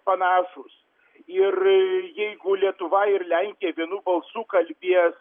panašūs ir jeigu lietuva ir lenkija vienu balsu kalbės